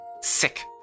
sick